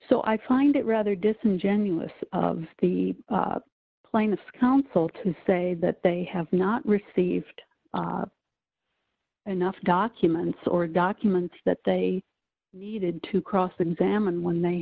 so i find it rather disingenuous of the plaintiff's counsel to say that they have not received enough documents or documents that they needed to cross examine when they